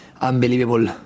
unbelievable